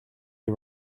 are